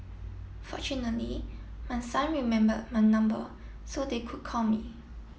fortunately my son remembered my number so they could call me